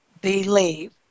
believe